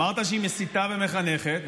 אמרת שהיא מסיתה ומחנכת,